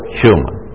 human